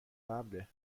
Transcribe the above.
قبله